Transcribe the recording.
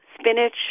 spinach